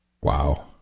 Wow